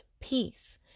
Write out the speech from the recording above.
peace